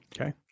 okay